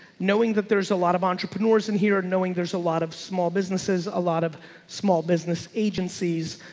knowing that there's a lot of entrepreneurs in here knowing there's a lot of small businesses, a lot of small business agencies,